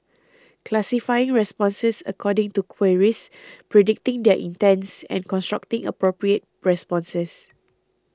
classifying responses according to queries predicting their intents and constructing appropriate responses